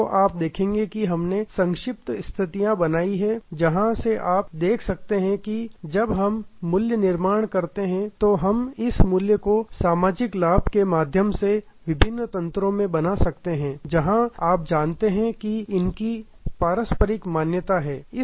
तो आप देखेंगे कि हमने संक्षिप्त स्थितियां बताई हैं जहाँ से आप देख सकते हैं कि जब हम मूल्य निर्माण करते हैं तो हम इस मूल्य को सामाजिक लाभ के माध्यम से विभिन्न तंत्रों में बना सकते हैं जहाँ आप जानते हैं कि इनकी पारस्परिक मान्यता है